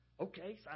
okay